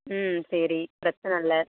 ம் சரி பிரச்சனை இல்லை